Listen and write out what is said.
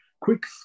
Quick